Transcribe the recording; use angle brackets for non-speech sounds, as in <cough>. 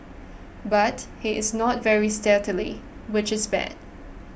but he is not very <unintelligible> which is bad